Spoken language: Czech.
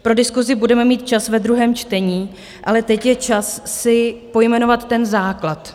Pro diskusi budeme mít čas ve druhém čtení, ale teď je čas si pojmenovat ten základ.